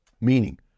meaning